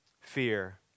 fear